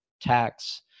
tax